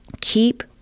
Keep